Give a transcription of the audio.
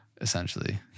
essentially